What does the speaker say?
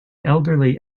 elderly